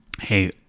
hey